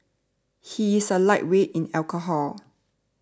he is a lightweight in alcohol